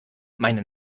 meine